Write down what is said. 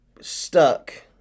stuck